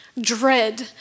Dread